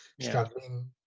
struggling